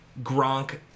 Gronk